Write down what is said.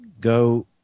go